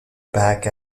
back